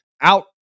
out